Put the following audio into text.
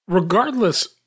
Regardless